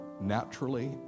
naturally